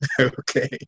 okay